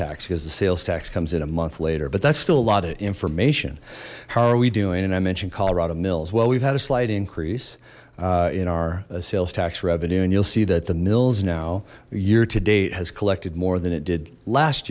tax because the sales tax comes in a month later but that's still a lot of information how are we doing and i mentioned colorado mills well we've had a slight increase in our sales tax revenue and you'll see that the mills now a year to date has collected more than it did last